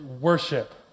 worship